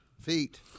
Feet